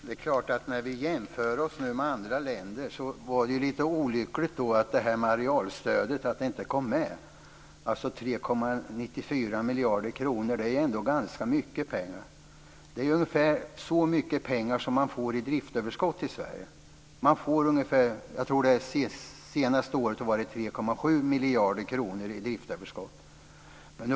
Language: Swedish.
Fru talman! När vi jämför oss med andra länder var det lite olyckligt att arealstödet inte kom med. 3,94 miljarder kronor är ju ändå ganska mycket pengar. Det är ungefär så mycket pengar som man får i driftöverskott i Sverige. Jag tror att det var 3,7 miljarder kronor i driftöverskott senaste året.